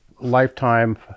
lifetime